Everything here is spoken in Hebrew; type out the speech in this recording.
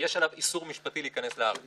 יושב-ראש